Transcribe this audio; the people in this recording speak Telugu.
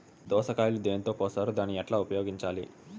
దోస కాయలు దేనితో కోస్తారు దాన్ని ఎట్లా ఉపయోగించాలి?